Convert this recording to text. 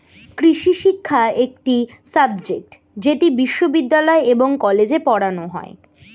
কৃষিশিক্ষা একটি সাবজেক্ট যেটি বিশ্ববিদ্যালয় এবং কলেজে পড়ানো হয়